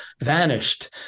vanished